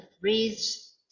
breathes